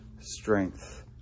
strength